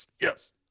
yes